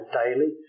daily